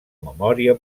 memòria